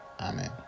Amen